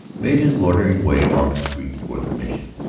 made his loitering way along the street toward the mission.